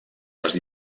les